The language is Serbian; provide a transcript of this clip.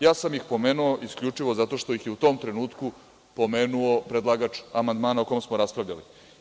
Ja sam ih pomenuo isključivo zato što ih je u tom trenutku pomenuo predlagač amandmana o kom smo raspravljali.